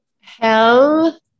Hell